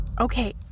Okay